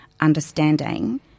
understanding